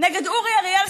נגד אורי אריאל,